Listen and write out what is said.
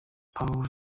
paulo